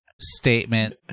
statement